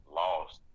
lost